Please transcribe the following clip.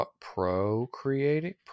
procreating